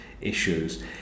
issues